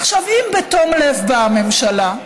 עכשיו, אם בתום לב באה הממשלה,